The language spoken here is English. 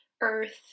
earth